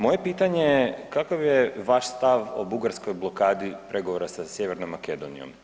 Moje pitanje je kakav je vaš stav o Bugarskoj blokadi pregovora sa Sjevernom Makedonijom.